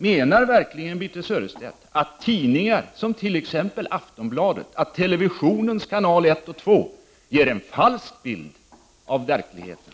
Menar verkligen Birthe Sörestedt att tidningar som t.ex. Aftonbladet och televisionens kanal 1 och 2 ger en falsk bild av verkligheten?